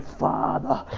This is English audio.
father